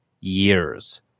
years